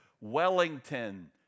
Wellington